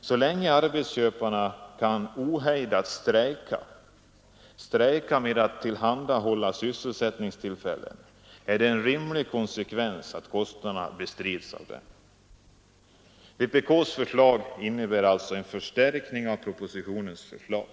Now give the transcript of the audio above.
Så länge arbetsköparna kan ohejdat strejka med att tillhandahålla sysselsättningstillfällen är det en rimlig konsekvens att kostnaderna bestrids av dem. Vpks förslag innebär alltså en förstärkning av propositionens förslag.